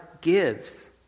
gives